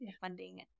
funding